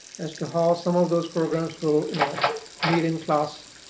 as to how some of those programs go you know meet in class,